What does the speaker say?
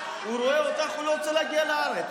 אותך והוא לא רוצה להגיע לארץ.